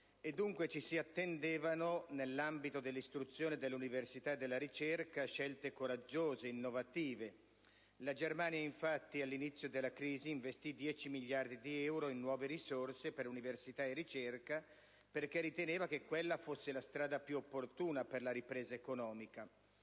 dunque si attendevano, nell'ambito dell'istruzione, dell'università e della ricerca, scelte coraggiose e innovative. La Germania, infatti, all'inizio della crisi investì 10 miliardi di euro in nuove risorse per università e ricerca, perché riteneva che quella fosse la strada più opportuna per la ripresa economica.